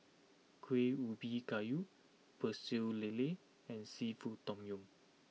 Kuih Ubi Kayu Pecel Lele and Seafood Tom Yum